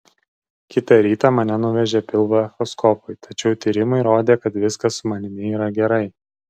kitą rytą mane nuvežė pilvo echoskopui tačiau tyrimai rodė kad viskas su manimi yra gerai